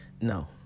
no